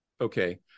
Okay